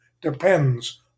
depends